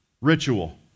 ritual